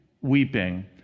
weeping